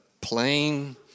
plain